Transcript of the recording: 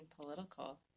political